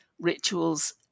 rituals